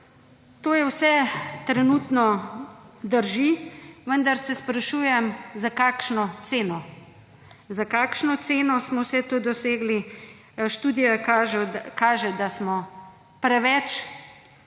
To je vse, trenutno drži, vendar se sprašujem, za kakšno ceno. Za kakšno ceno smo vse to dosegli? Študija kaže, da smo preveč